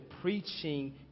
preaching